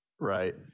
Right